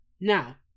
Now